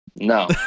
No